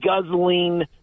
guzzling